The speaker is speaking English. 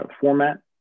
format